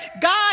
God